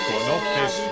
¿Conoces